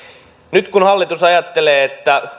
nyt hallitus ajattelee että